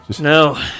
No